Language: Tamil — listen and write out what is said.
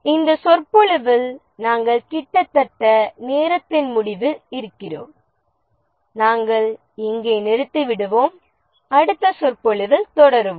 இந்த சொற்பொழிவில் நாங்கள் கிட்டத்தட்ட நேரத்தின் முடிவில் இருக்கிறோம் நாங்கள் இங்கே நிறுத்திவிடுவோம் அடுத்த சொற்பொழிவில் தொடருவோம்